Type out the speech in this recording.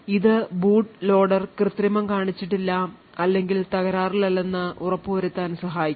ഇത് boot loader കൃത്രിമം കാണിച്ചിട്ടില്ല അല്ലെങ്കിൽ തകരാറിലല്ലെന്ന് ഉറപ്പുവരുത്താൻ സഹായിക്കുന്നു